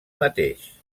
mateix